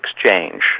exchange